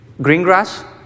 Greengrass